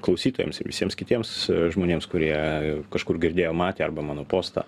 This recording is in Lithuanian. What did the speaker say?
klausytojams ir visiems kitiems žmonėms kurie kažkur girdėjo matė arba mano postą